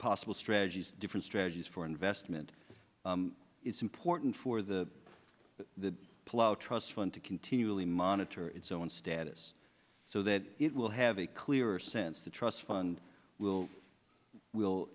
possible strategies different strategies for investment it's important for the the plough trust fund to continually monitor its own status so that it will have a clearer sense the trust fund will will